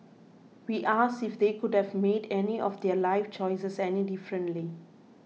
we asked if they would have made any of their life choices any differently